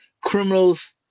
Criminals